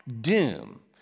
doom